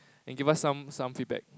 and give us some some feedback